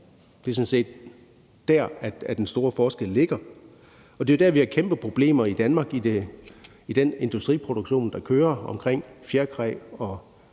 Det er sådan set der, den store forskel ligger, og det er jo der, vi har kæmpe problemer i Danmark i den industriproduktion, der kører, med fjerkræ og grise.